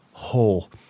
whole